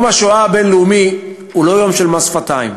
יום השואה הבין-לאומי הוא לא יום של מס שפתיים,